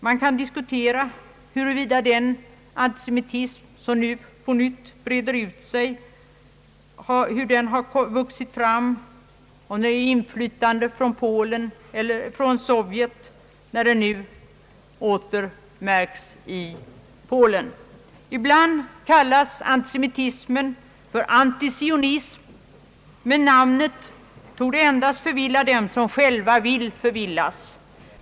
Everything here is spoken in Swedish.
Vi kan diskutera huruvida den antisemitism som nu på nytt breder ut sig i Polen är en produkt av inflytande från Sovjet eller hur den åter vuxit fram. Ibland kallas antisemitismen för antisionism, men namnet torde endast förvilla dem som själva vill förvillas.